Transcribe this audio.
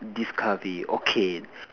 discovery okay